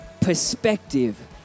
perspective